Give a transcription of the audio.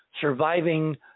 surviving